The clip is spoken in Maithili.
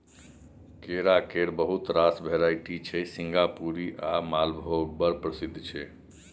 केरा केर बहुत रास भेराइटी छै सिंगापुरी आ मालभोग बड़ प्रसिद्ध छै